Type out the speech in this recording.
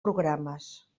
programes